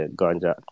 ganja